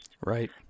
Right